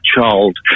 child